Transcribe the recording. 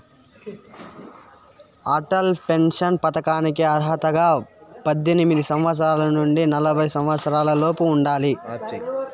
Atal pension పథకానికి అర్హతగా పద్దెనిమిది సంవత్సరాల నుండి నలభై సంవత్సరాలలోపు ఉండాలి